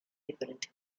diferentes